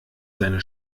seine